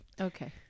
Okay